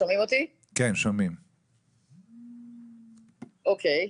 אז ככה,